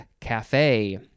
CAFE